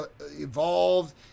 evolved